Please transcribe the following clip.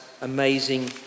amazing